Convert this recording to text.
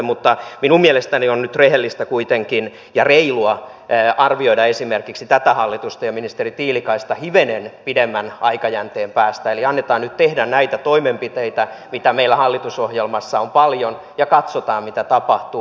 mutta minun mielestäni on nyt kuitenkin rehellistä ja reilua arvioida esimerkiksi tätä hallitusta ja ministeri tiilikaista hivenen pidemmän aikajänteen päästä eli annetaan nyt ministerin tehdä näitä toimenpiteitä mitä meillä hallitusohjelmassa on paljon ja katsotaan mitä tapahtuu